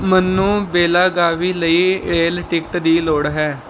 ਮੈਨੂੰ ਬੇਲਾਗਾਵੀ ਲਈ rail ticket ਦੀ ਲੋੜ ਹੈ